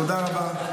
תודה רבה.